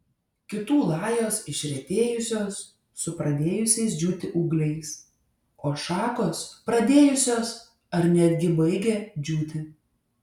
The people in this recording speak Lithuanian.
kitų lajos išretėjusios su pradėjusiais džiūti ūgliais o šakos pradėjusios ar netgi baigia džiūti